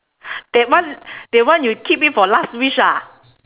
that one that one you keep it for last wish ah